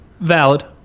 Valid